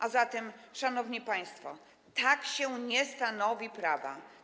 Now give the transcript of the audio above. A zatem, szanowni państwo, tak się nie stanowi prawa.